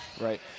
Right